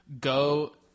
Go